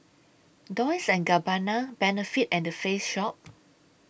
Dolce and Gabbana Benefit and The Face Shop